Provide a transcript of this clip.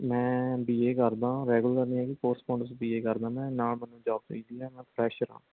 ਮੈਂ B A ਕਰਦਾ regular ਨਹੀਂ ਹੈਗੀ ਕੋਰਸਪੋਡਸ ਬੀ ਏ ਕਰਦਾਂ ਮੈਂ ਨਾਲ ਮੈਨੂੰ ਜੋਬ ਚਾਹੀਦੀ ਹੈ ਮੈਂ ਫਰੈਸ਼ਰ ਹਾਂ